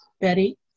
Betty